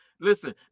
listen